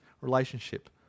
relationship